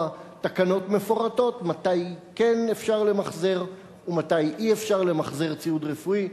תקנות מפורטות מתי כן אפשר למחזר ומתי אסור למחזר ציוד רפואי,